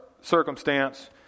circumstance